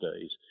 days